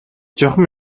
чухам